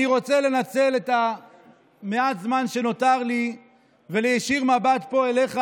אני רוצה לנצל את מעט הזמן שנותר לי ולהישיר מבט פה אליך,